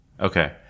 Okay